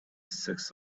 six